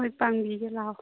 ꯍꯣꯏ ꯄꯥꯡꯕꯤꯒꯦ ꯂꯥꯛꯑꯣ